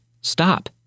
stop